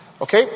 okay